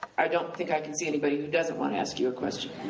i don't think i can see anybody who doesn't wanna ask you a question.